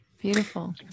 Beautiful